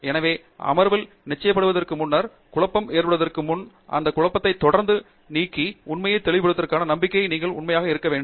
எனவே அமர்வில் நிச்சயிக்கப்படுவதற்கு முன்னர் குழப்பம் ஏற்படுவதற்கு முன்பே அந்த குழப்பத்தைத் தொடர்ந்தும் நீக்கி உண்மையைத் தெளிவுபடுத்துவதற்கான நம்பிக்கையுடன் நீங்கள் உண்மையாக இருக்க முடியும்